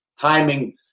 timing